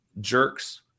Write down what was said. jerks